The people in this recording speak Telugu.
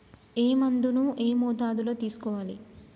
ఏ మందును ఏ మోతాదులో తీసుకోవాలి?